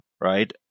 right